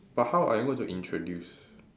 but how are you going to introduce